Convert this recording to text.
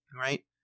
right